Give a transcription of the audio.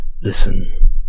Listen